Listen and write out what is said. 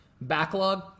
backlog